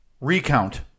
Recount